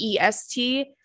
EST